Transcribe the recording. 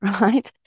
right